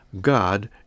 God